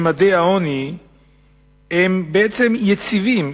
ממדי העוני בעצם יציבים.